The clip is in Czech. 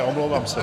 Omlouvám se.